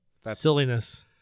Silliness